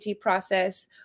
process